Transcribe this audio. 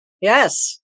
Yes